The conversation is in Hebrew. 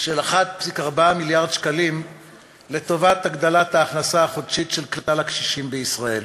של 1.4 מיליארד שקלים להגדלת ההכנסה החודשית של כלל הקשישים בישראל.